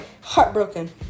Heartbroken